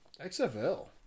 XFL